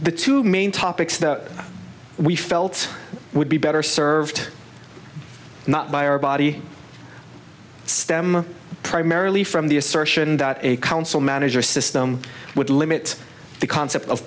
the two main topics that we felt would be better served not by our body stem primarily from the assertion that a council manager system would limit the concept of